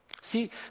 See